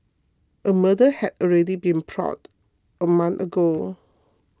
a murder had already been plotted a month ago